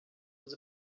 was